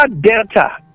Delta